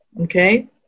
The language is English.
Okay